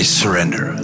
surrender